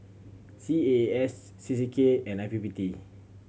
C A A S C C K and I P P T